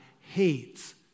hates